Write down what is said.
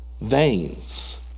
veins